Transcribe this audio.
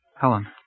Helen